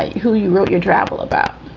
who you wrote your travel about